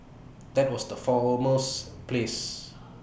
that was the for most place